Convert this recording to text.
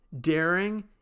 Daring